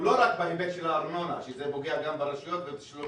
הוא לא רק בהיבט של הארנונה - שזה פוגע גם ברשויות ובתשלומים